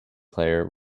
player